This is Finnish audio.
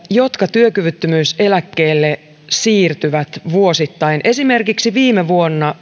jotka työkyvyttömyyseläkkeelle siirtyvät oli esimerkiksi viime vuonna